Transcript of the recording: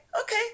Okay